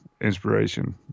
inspiration